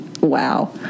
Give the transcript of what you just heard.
wow